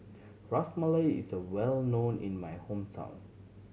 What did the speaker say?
Ras Malai is a well known in my hometown